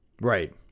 Right